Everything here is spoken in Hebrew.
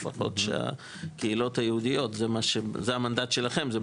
לפחות שהקהילות היהודיות זה המנדט שלכם,